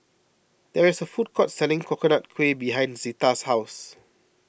there is a food court selling Coconut Kuih behind Zita's house